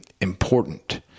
important